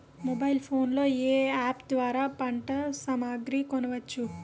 Mobile phone లో ఏ app ద్వారా పంట సామాగ్రి కొనచ్చు?